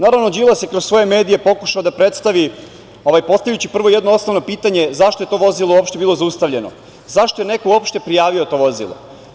Naravno, Đilas je kroz svoje medije pokušao da predstavi postavljajući prvo jedno osnovno pitanje – zašto je to vozilo uopšte bilo zaustavljeno, zašto je neko uopšte prijavio to vozilo?